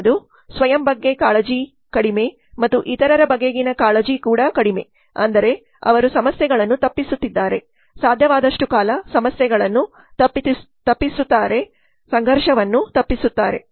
ಮುಂದಿನದು ಸ್ವಯಂ ಬಗ್ಗೆ ಕಾಳಜಿ ಕಡಿಮೆ ಮತ್ತು ಇತರರ ಬಗೆಗಿನ ಕಾಳಜಿ ಕೂಡ ಕಡಿಮೆ ಅಂದರೆ ಅವರು ಸಮಸ್ಯೆಗಳನ್ನು ತಪ್ಪಿಸುತ್ತಿದ್ದಾರೆ ಸಾಧ್ಯವಾದಷ್ಟು ಕಾಲ ಸಮಸ್ಯೆಗಳನ್ನು ತಪ್ಪಿಸುತ್ತಾರೆ ಸಂಘರ್ಷವನ್ನು ತಪ್ಪಿಸುತ್ತಾರೆ